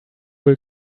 will